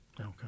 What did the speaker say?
Okay